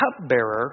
cupbearer